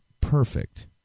perfect